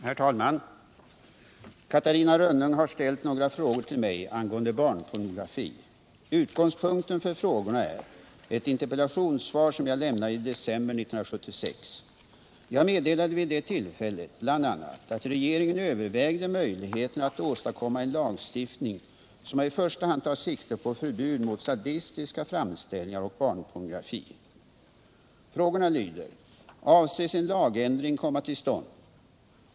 Herr talman! Catarina Rönnung har ställt några frågor till mig angående barnpornografi. Utgångspunkten för frågorna är ett interpellationssvar som jag lämnade i december 1976. Jag meddelade vid det tillfället bl.a. att regeringen övervägde möjligheterna att åstadkomma en lagstiftning som i första hand tar sikte på förbud mot sadistiska framställningar och barnpornografi. Frågorna lyder: Avses en lagändring komma till stånd?